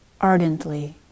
ardently